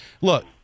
Look